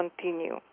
continue